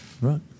Right